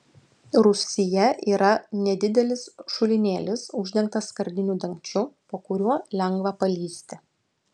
rūsyje yra nedidelis šulinėlis uždengtas skardiniu dangčiu po kuriuo lengva palįsti